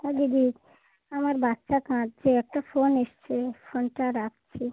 ও দিদি আমার বাচ্চা কাঁদছে একটা ফোন এসেছে ফোনটা রাখছি